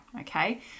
Okay